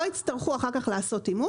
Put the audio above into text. לא יצטרכו אחר כך לעשות אימות.